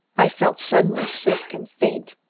i felt suddenly sick and faint.